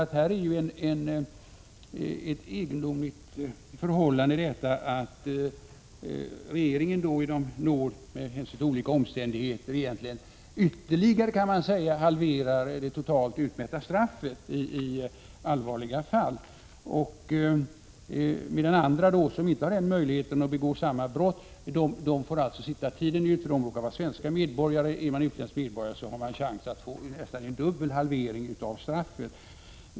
Det är ju ett egendomligt förhållande att regeringen med hänsyn till olika omständigheter genom nåd egentligen ytterligare halverar det totalt utmätta straffet i allvarliga fall, medan andra som begår samma brott får sitta tiden ut, eftersom de råkar vara svenska medborgare. Är man utländsk medborgare har man chans att få en nästan dubbel halvering av straffet.